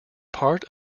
part